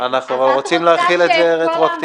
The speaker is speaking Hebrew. --- אבל אנחנו רוצים להחיל את זה רטרואקטיבית.